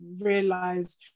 realize